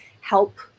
help